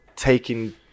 taking